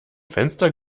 fenster